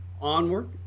Onward